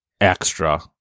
extra